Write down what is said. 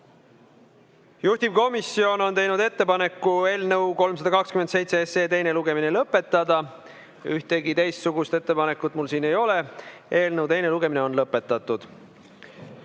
Juhtivkomisjon on teinud ettepaneku eelnõu 327 teine lugemine lõpetada. Ühtegi teistsugust ettepanekut mul siin ei ole. Eelnõu teine lugemine on lõpetatud.